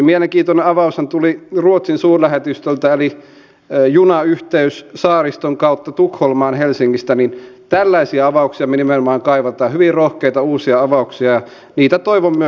kun eriarvoisuus lisääntyy yhteiskunnassa myös turvattomuus ja levottomuudet lisääntyvät ja uusi talouskasvukaan ei pelasta meitä tältä taloudellista kestävyysvajetta paljon suuremmalta tuholta